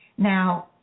Now